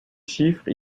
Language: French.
chiffre